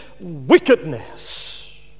wickedness